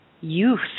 youth